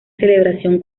celebración